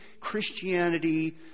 Christianity